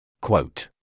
Quote